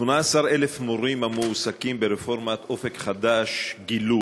18,000 מורים המועסקים ברפורמת "אופק חדש" גילו